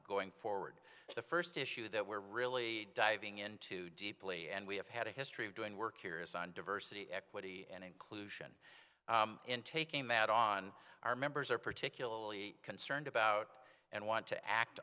going forward the first issue that we're really diving into deeply and we have had a history of doing work here is on diversity equity and inclusion in take a mat on our members are particularly concerned about and want to act